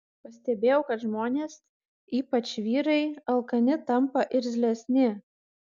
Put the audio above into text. pastebėjau kad žmonės ypač vyrai alkani tampa irzlesni